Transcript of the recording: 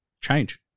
change